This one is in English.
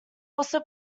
also